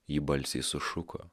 ji balsiai sušuko